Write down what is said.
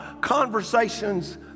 conversations